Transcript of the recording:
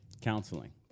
counseling